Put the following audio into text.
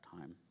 time